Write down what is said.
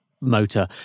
motor